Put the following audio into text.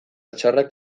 txarrak